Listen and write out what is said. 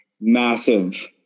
massive